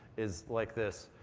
is like this.